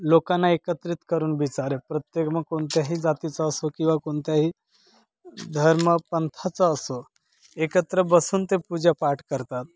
लोकांना एकत्रित करून बिचारे प्रत्येक मग कोणत्याही जातीचा असो किंवा कोणत्याही धर्मपंथाचा असो एकत्र बसून ते पूजापाठ करतात